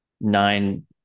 nine